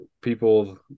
people